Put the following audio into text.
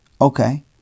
Okay